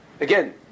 Again